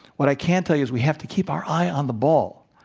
what i can tell you is we have to keep our eye on the ball.